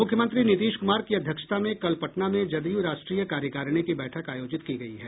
मुख्यमंत्री नीतीश कुमार की अध्यक्षता में कल पटना में जदयू राष्ट्रीय कार्यकारिणी की बैठक आयोजित की गयी है